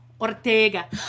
Ortega